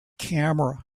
camera